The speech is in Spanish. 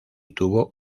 tuvo